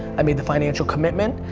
i made the financial commitment.